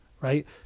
right